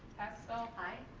hessel? aye.